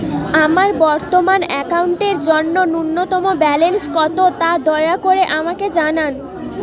আমার বর্তমান অ্যাকাউন্টের জন্য ন্যূনতম ব্যালেন্স কত তা দয়া করে আমাকে জানান